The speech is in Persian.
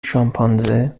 شامپانزه